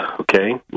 okay